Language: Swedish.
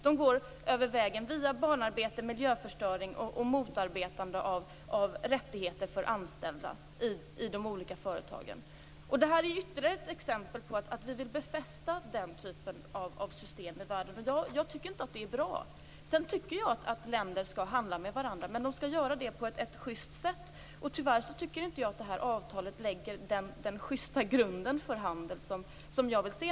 De går via barnarbete och miljöförstöring och motarbetar rättigheter för de anställda i de olika företagen. Det här är ytterligare ett exempel på att vi vill befästa den typen av system i världen, och jag tycker inte att det är bra. Sedan tycker jag att länder skall handla med varandra, men de skall göra det på ett schyst sätt. Tyvärr tycker inte jag att det här avtalet lägger den schysta grund för handel som jag vill se.